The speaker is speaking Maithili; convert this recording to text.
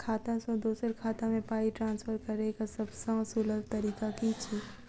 खाता सँ दोसर खाता मे पाई ट्रान्सफर करैक सभसँ सुलभ तरीका की छी?